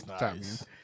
nice